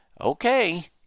Okay